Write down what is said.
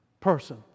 person